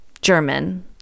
German